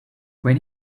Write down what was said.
when